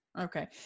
okay